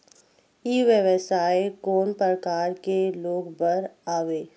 ई व्यवसाय कोन प्रकार के लोग बर आवे?